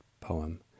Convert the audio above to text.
poem